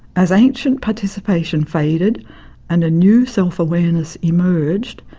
as ancient participation faded and a new self awareness emerged,